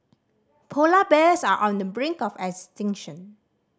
polar bears are on the brink of extinction